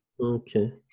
Okay